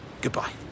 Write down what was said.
Goodbye